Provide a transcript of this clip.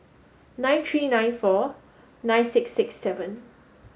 nine three nine four nine six six seven